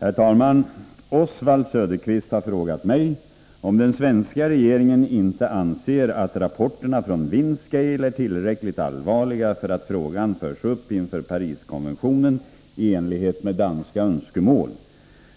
Herr talman! Oswald Söderqvist har frågat mig om den svenska regeringen inte anser att rapporterna från Windscale är tillräckligt allvarliga för att frågan förs upp inför Pariskonventionen i enlighet med danska önskemål.